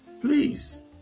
please